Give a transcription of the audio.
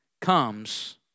comes